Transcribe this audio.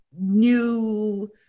new